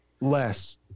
less